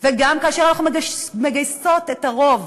וגם כאשר אנחנו מגייסות את הרוב